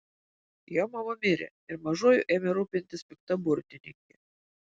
jo mama mirė ir mažuoju ėmė rūpintis pikta burtininkė